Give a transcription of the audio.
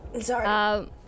Sorry